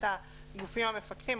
הגופים המפקחים,